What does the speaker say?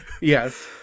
yes